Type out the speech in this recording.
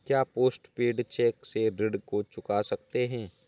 क्या post paid cheque से ऋण को चुका सकते हैं?